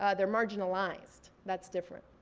ah they're marginalized, that's different.